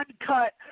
uncut